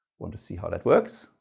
want to see how that works?